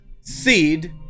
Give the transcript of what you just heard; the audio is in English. seed